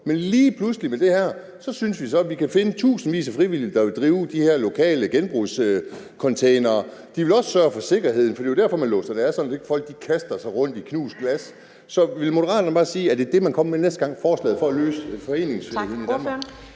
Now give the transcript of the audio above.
men lige pludselig med det her synes vi så, at vi kan finde tusindvis af frivillige, der vil drive de her lokale genbrugscontainere. De vil også sørge for sikkerheden, for det er jo derfor, man låser det af, så folk ikke kaster sig rundt i knust glas. Så vil Moderaterne bare sige, at det er det, man kommer med næste gang, altså et forslag om at løse problemet med foreninger